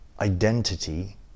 identity